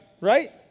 Right